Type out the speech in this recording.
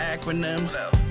acronyms